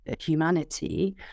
humanity